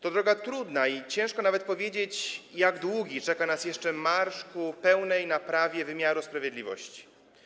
To droga trudna i ciężko nawet powiedzieć, jak długi czeka nas jeszcze marsz ku pełnej naprawie wymiaru sprawiedliwości.